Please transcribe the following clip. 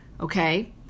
Okay